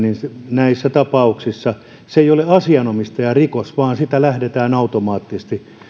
näissä tapauksissa se ei ole asianomistajarikos vaan sitä lähdetään automaattisesti